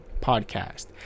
podcast